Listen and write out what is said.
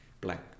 black